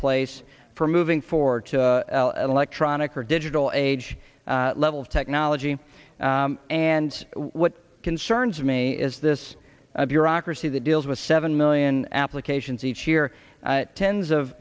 place for moving forward to electronic or digital age level of technology and what concerns me is this a bureaucracy that deals with seven million applications each year tens of